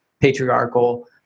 patriarchal